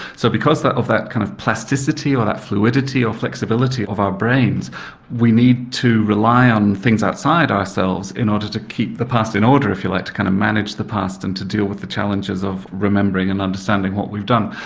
so because of that kind of plasticity or that fluidity or flexibility of our brains we need to rely to things outside ourselves in order to keep the past in order if you like, to kind of manage the past and to deal with the challenges of remembering and understanding what we've done.